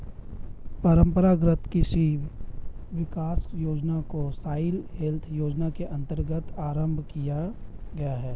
परंपरागत कृषि विकास योजना को सॉइल हेल्थ योजना के अंतर्गत आरंभ किया गया है